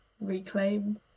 reclaim